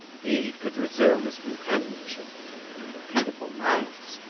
he could resume his companionship with the beautiful mayis.